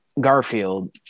Garfield